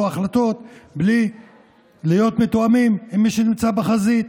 החלטות בלי להיות מתואמים עם מי שנמצא בחזית.